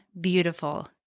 beautiful